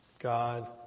God